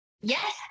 Yes